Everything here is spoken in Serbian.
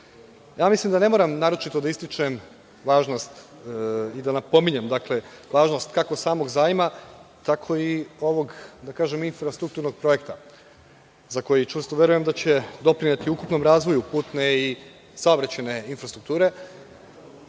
E-763.Mislim da ne moram naročito da ističem i da napominjem važnost, kako samog zajma, tako i ovog infrastrukturnog projekta za koji čvrsto verujem da će doprineti ukupnom razvoju putne i saobraćajne infrastrukture,